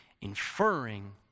inferring